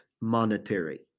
monetary